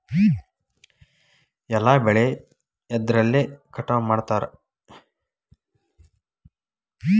ಎಲ್ಲ ಬೆಳೆ ಎದ್ರಲೆ ಕಟಾವು ಮಾಡ್ತಾರ್?